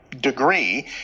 degree